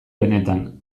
benetan